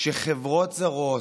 כשחברות זרות,